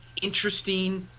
interesting,